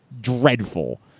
dreadful